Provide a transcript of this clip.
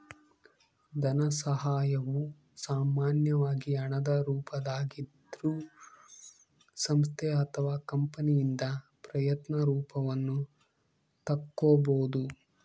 ಧನಸಹಾಯವು ಸಾಮಾನ್ಯವಾಗಿ ಹಣದ ರೂಪದಾಗಿದ್ರೂ ಸಂಸ್ಥೆ ಅಥವಾ ಕಂಪನಿಯಿಂದ ಪ್ರಯತ್ನ ರೂಪವನ್ನು ತಕ್ಕೊಬೋದು